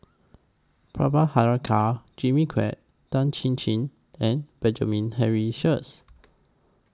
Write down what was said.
Jimmy Quek Tan Chin Chin and Benjamin Henry Sheares